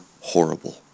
horrible